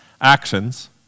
actions